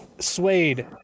suede